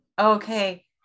okay